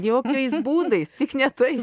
jokiais būdais tik ne tai